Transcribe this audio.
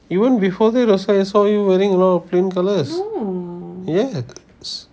even before that I also saw you wearing a lot of plain colour yes